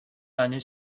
l’année